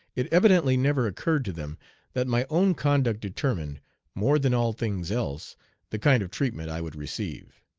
it evidently never occurred to them that my own conduct determined more than all things else the kind of treatment i would receive.